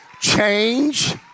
change